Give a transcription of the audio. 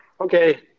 okay